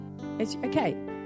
Okay